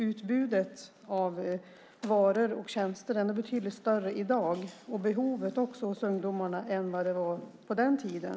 Utbudet av varor och tjänster är nog betydligt större i dag och också behovet hos ungdomarna än vad det var på den tiden.